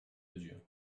mesure